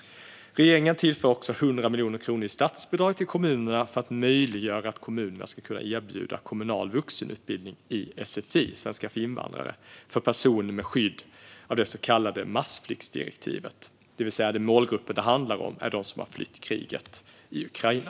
Regeringen tillför också 100 miljoner kronor i statsbidrag till kommunerna för att möjliggöra att kommunerna ska kunna erbjuda kommunal vuxenutbildning i sfi, svenska för invandrare, för personer med skydd av det så kallade massflyktsdirektivet. Den målgrupp som det handlar om är alltså de som har flytt från kriget i Ukraina.